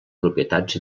propietats